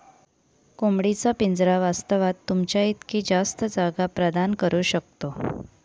कोंबडी चा पिंजरा वास्तवात, तुमच्या इतकी जास्त जागा प्रदान करू शकतो